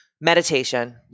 meditation